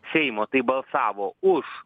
seimo tai balsavo už